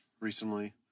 recently